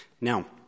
Now